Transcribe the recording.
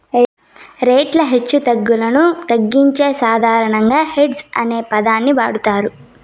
రేట్ల హెచ్చుతగ్గులను తగ్గించే సాధనంగా హెడ్జ్ అనే పదాన్ని వాడతారు